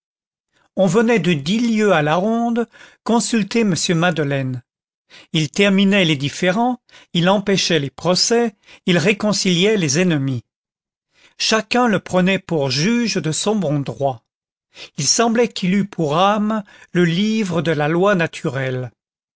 on venait de dix lieues à la ronde consulter m madeleine il terminait les différends il empêchait les procès il réconciliait les ennemis chacun le prenait pour juge de son bon droit il semblait qu'il eût pour âme le livre de la loi naturelle